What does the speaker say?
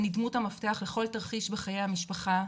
אני דמות המפתח לכל תרחיש בחיי המשפחה,